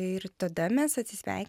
ir tada mes atsisveik